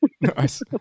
Nice